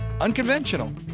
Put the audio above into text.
Unconventional